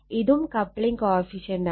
ഇതും coupling coefficient ആണ്